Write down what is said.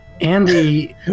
Andy